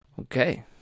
Okay